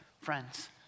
friends